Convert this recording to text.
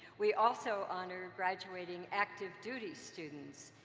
we also honor graduating active duty students,